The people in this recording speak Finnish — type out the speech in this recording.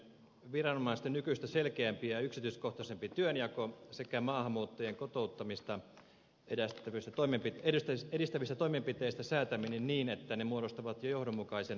viranomaisten nykyistä selkeämpi ja yksityiskohtaisempi työnjako sekä maahanmuuttajien kotouttamista edistävistä toimenpiteistä säätäminen niin että ne muodostavat johdonmukaisen kokonaisuuden